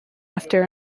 after